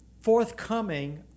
forthcoming